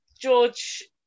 George